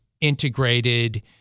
integrated